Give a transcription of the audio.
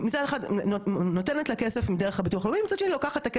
מצד שני לוקחת את הכסף דרך הניכויים כי הם נשארו שלא כדין.